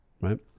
right